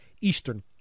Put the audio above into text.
Eastern